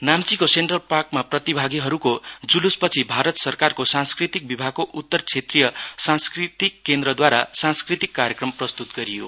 नाम्चीको सेन्ट्रल पार्कमा प्रतिभागिहरुको जुलुस पछि भारत सरकारको सांस्कृतिक विभागको उतर क्षेत्रीय सांस्कृतिक केन्द्रद्वारा सांस्कृतिक कार्यक्रम प्रस्तुत गरियो